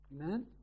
Amen